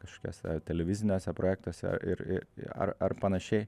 kažkokiuose televiziniuose projektuose ir i ar ar panašiai